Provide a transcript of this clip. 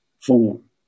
form